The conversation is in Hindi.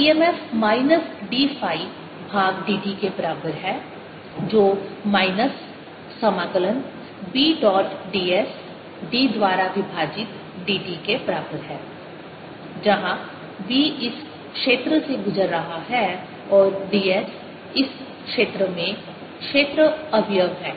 EMF dϕdt तो e m f minus d phi भाग dt के बराबर है जो माइनस समाकलन B डॉट ds d द्वारा विभाजित dt के बराबर है जहाँ B इस क्षेत्र से गुजर रहा है और d s इस क्षेत्र में क्षेत्र अवयव है